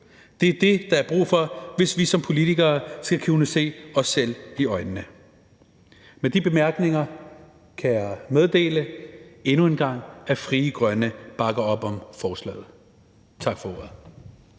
Det er det, der er brug for, hvis vi som politikere skal kunne se os selv i øjnene. Med de bemærkninger kan jeg endnu en gang meddele, at Frie Grønne bakker op om forslaget. Tak for ordet.